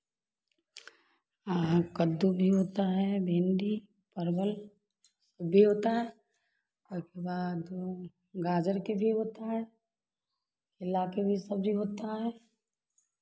कद्दू भी होता है भिंडी परवल भी होता है और उसके बाद गाजर के भी होता है मिलाकर भी सब्ज़ी होता है